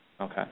Okay